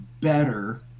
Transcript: better